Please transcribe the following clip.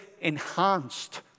enhanced